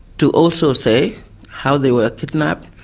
to also say how they were kidnapped,